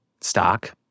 stock